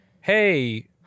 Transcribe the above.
hey